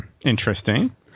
interesting